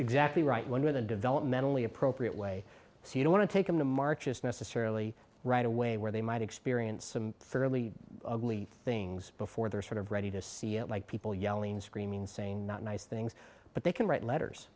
exactly right we're going to developmentally appropriate way see don't take in the marches necessarily right away where they might experience some fairly ugly things before they're sort of ready to see it like people yelling and screaming saying not nice things but they can write letters